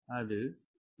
அது ATF ஆக இருக்கலாம்